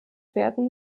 werden